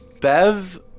Bev